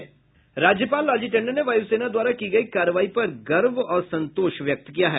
राज्यपाल लालजी टंडन ने वायुसेना द्वारा की गयी कार्रवाई पर गर्व और संतोष व्यक्त किया है